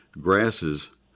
Grasses